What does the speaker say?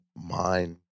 mind